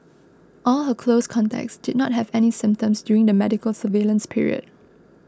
all her close contacts did not have any symptoms during the medical surveillance period